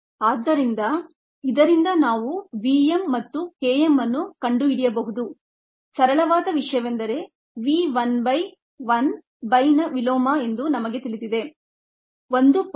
ಆದ್ದರಿಂದ ಇದರಿಂದ ನಾವು vm ಮತ್ತು km ಅನ್ನು ಕಂಡುಹಿಡಿಯಬಹುದು ಸರಳವಾದ ವಿಷಯವೆಂದರೆ v 1 by 1 by ನ ವಿಲೋಮ ಎಂದು ನಿಮಗೆ ತಿಳಿದಿದೆ 1